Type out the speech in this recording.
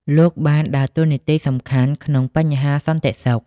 លោកបានដើរតួនាទីសំខាន់ក្នុងបញ្ហាសន្តិសុខ។